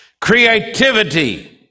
creativity